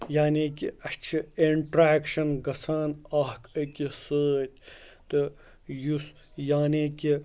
یعنی کہِ اَسہِ چھِ اِنٹرٛٮ۪کشَن گژھان اَکھ أکِس سۭتۍ تہٕ یُس یعنی کہِ